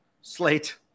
Slate